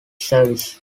service